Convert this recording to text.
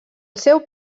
seu